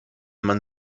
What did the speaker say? man